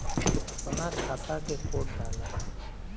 अपना खाता के कोड डाला